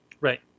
Right